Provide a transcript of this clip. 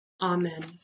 Amen